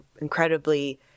incredibly